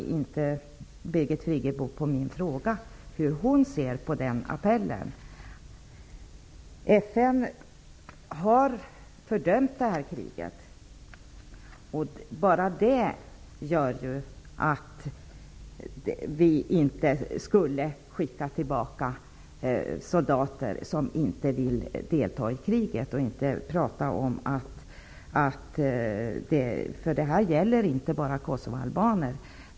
Birgit Friggebo svarade inte på min fråga om hur hon ser på den appellen. FN har fördömt det här kriget, och bara det gör att vi inte borde skicka tillbaka soldater som inte vill delta i kriget. Det gäller inte bara kosovoalbaner.